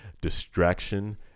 distraction